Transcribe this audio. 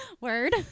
Word